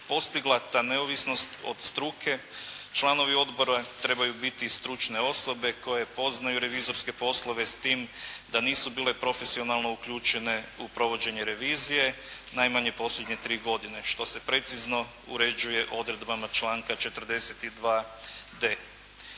postigla ta neovisnost od struke, članovi odbora trebaju biti stručne osobe koje poznaju revizorske poslove s tim da nisu bile profesionalno uključene u provođenje revizije najmanje posljednje 3 godine, što se precizno uređuje odredbama članka 42.d.